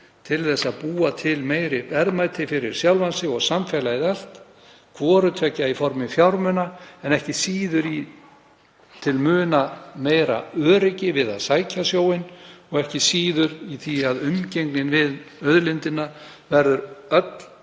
til að búa til meiri verðmæti fyrir sjálfa sig og samfélagið allt, í formi fjármuna en ekki síður til muna meira öryggis við að sækja sjóinn og í því að umgengnin við auðlindina verður með